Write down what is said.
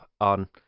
on